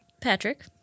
Patrick